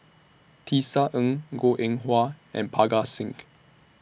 Tisa Ng Goh Eng Wah and Parga Singh